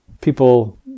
People